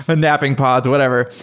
and napping pods or whatever.